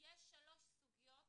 יש שלוש סוגיות